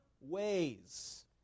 ways